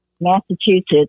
Massachusetts